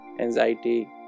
anxiety